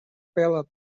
pallet